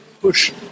push